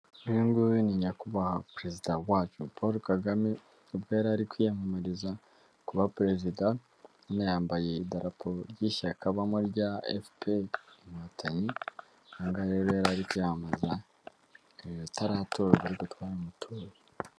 Uyunguyu ninyakubahwa perezida wacu paul kagame ubwo yarari kwiyamamariza kuba perezida hano yambaye idarapo ryishyaka abamo rya efuperi inkotanyi ahangaha rero yar'ari kwiyamamaza ataratorwa ariko twaramutoye.